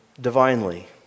divinely